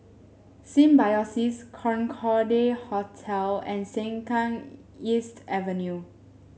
Symbiosis Concorde Hotel and Sengkang East Avenue